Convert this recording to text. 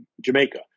Jamaica